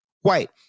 white